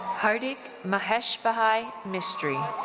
hardik maheshbhai mistry.